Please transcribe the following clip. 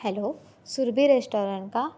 hello Surabhi restaurant का